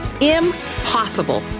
Impossible